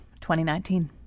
2019